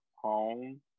home